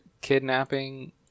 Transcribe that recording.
kidnapping